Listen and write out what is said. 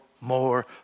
more